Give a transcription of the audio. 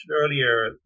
earlier